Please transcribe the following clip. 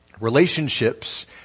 relationships